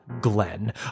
Glenn